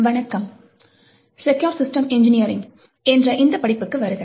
வணக்கம் secure system engineering என்ற இந்த படிப்புக்கு வருக